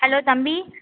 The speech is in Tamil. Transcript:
ஹலோ தம்பி